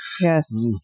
Yes